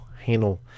handle